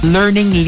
Learning